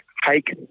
hike